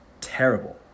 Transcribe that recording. terrible